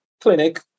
clinic